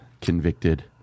convicted